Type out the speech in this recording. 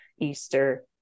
Easter